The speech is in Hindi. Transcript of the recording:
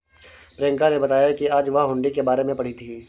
प्रियंका ने बताया कि आज वह हुंडी के बारे में पढ़ी थी